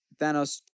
Thanos